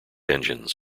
engines